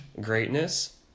Greatness